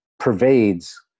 pervades